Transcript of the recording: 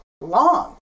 long